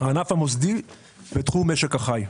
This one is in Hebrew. והענף המוסדי בתחום משק החי.